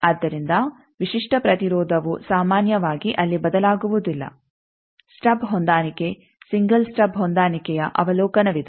ಆದ್ದರಿಂದ ವಿಶಿಷ್ಟ ಪ್ರತಿರೋಧವು ಸಾಮಾನ್ಯವಾಗಿ ಅಲ್ಲಿ ಬದಲಾಗುವುದಿಲ್ಲ ಸ್ಟಬ್ ಹೊಂದಾಣಿಕೆ ಸಿಂಗಲ್ ಸ್ಟಬ್ ಹೊಂದಾಣಿಕೆಯ ಅವಲೋಕನವಿದು